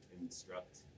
instruct